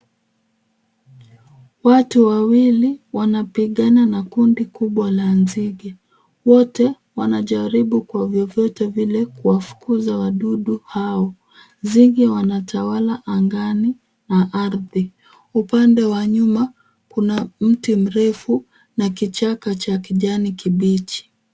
Watu wawili wanapigana na kundi kubwa la nzige, wote wanajaribu kwa vyovyote vile kuwafukuza wadudu hao. Nzige wanatawala angani na ardhi. Upande wa nyuma kuna mti mrefu na kichaka cha kijani kibichi.